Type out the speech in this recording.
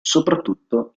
soprattutto